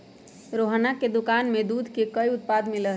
रोहना के दुकान में दूध के कई उत्पाद मिला हई